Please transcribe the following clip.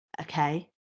Okay